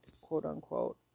quote-unquote